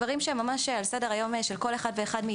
דברים שהם על סדר היום של כל אחד מאיתנו.